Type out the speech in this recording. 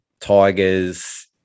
Tigers